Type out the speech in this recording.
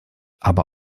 aber